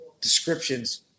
descriptions